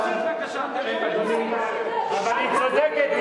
אבל היא צודקת.